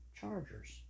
Chargers